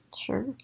Sure